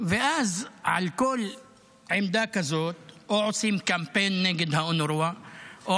ואז על כל עמדה כזאת או עושים קמפיין נגד אונר"א או